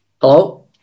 Hello